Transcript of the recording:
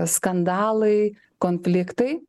skandalai konfliktai